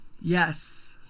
Yes